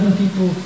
people